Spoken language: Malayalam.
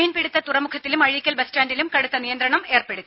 മീൻപിടുത്ത തുറമുഖത്തിലും അഴീക്കൽ ബസ്സ്റ്റാൻഡിലും കടുത്ത നിയന്ത്രണം ഏർപ്പെടുത്തി